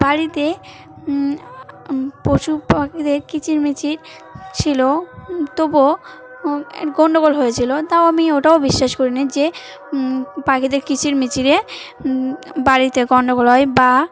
বাড়িতে পশু পাখিদের কিচিরমিচির ছিল তবুও গণ্ডগোল হয়েছিল তাও আমি ওটাও বিশ্বাস করিনি যে পাখিদের কিচিরমিচিরে বাড়িতে গণ্ডগোল হয় বা